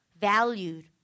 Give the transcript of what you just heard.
valued